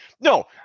No